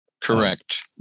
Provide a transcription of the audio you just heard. Correct